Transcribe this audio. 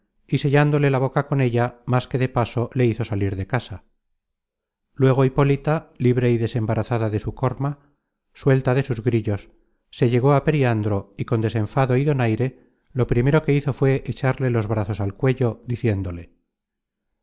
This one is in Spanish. y sellándole la boca con ella más que de paso le hizo salir de casa luego hipólita libre y desembarazada de su corma suelta de sus grillos se llegó á periandro y con desenfado y donaire lo primero que hizo fué echarle los brazos al cuello diciéndole